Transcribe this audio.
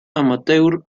amateur